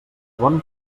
bon